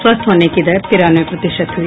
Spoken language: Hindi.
स्वस्थ होने की दर तिरानवे प्रतिशत हुई